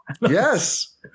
Yes